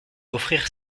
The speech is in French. offrir